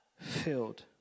Filled